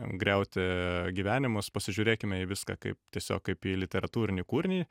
griauti gyvenimus pasižiūrėkime į viską kaip tiesiog į literatūrinį kūrinį